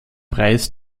preis